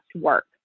work